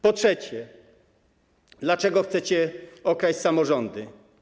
Po trzecie, dlaczego chcecie okraść samorządy?